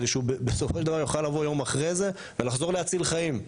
כדי שהוא יוכל לחזור יום אחרי זה ולהציל חיים.